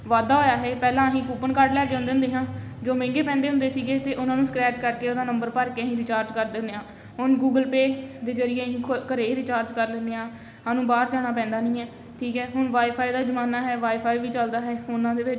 ਵਾਧਾ ਹੋਇਆ ਹੈ ਪਹਿਲਾਂ ਅਸੀਂ ਕੂਪਨ ਕਾਰਡ ਲੈ ਕੇ ਆਉਂਦੇ ਹੁੰਦੇ ਸਾਂ ਜੋ ਮਹਿੰਗੇ ਪੈਂਦੇ ਹੁੰਦੇ ਸੀਗੇ ਅਤੇ ਉਹਨਾਂ ਨੂੰ ਸਕਰੈਚ ਕਰਕੇ ਉਹਦਾ ਨੰਬਰ ਭਰ ਕੇ ਅਸੀਂ ਰੀਚਾਰਜ ਕਰ ਦਿੰਦੇ ਹਾਂ ਹੁਣ ਗੂਗਲ ਪੇ ਦੇ ਜ਼ਰੀਏ ਅਸੀਂ ਘਰ ਹੀ ਰਿਚਾਰਜ ਕਰ ਲੈਦੇ ਹਾਂ ਸਾਨੂੰ ਬਾਹਰ ਜਾਣਾ ਪੈਂਦਾ ਨਹੀਂ ਹੈ ਠੀਕ ਹੈ ਹੁਣ ਵਾਈ ਫਾਈ ਦਾ ਜ਼ਮਾਨਾ ਹੈ ਵਾਈ ਫਾਈ ਵੀ ਚਲਦਾ ਹੈ ਫੋਨਾਂ ਦੇ ਵਿੱਚ